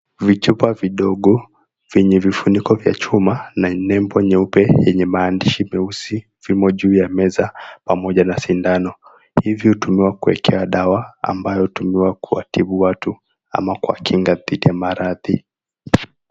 Vichupa vidogo vyenye vifuniko vya chuma na nembo nyeupe yenye maandishi meusi vimo juu ya meza pamoja na sindano. Hivi hutumiwa kuwekea dawa ambayo hutumiwa kuwatibu watu, ama kwa kinga dhidi ya maradhi.